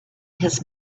his